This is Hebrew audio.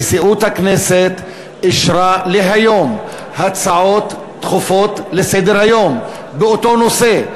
נשיאות הכנסת אישרה להיום הצעות דחופות לסדר-היום באותו נושא.